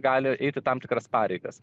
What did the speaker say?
gali eiti tam tikras pareigas